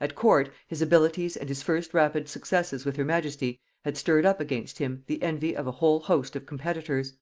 at court, his abilities and his first rapid successes with her majesty had stirred up against him the envy of a whole host of competitors.